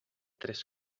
tres